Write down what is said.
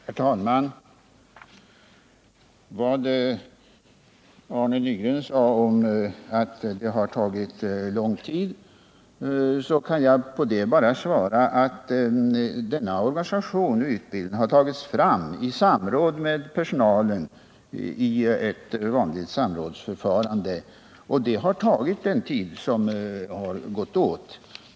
Herr talman! Arne Nygren sade att det har tagit lång tid. På det kan jag bara svara att denna organisation och utbildning har tagits fram i samråd med personalen i ett vanligt samrådsförfarande, och det har tagit den tid som har gått åt.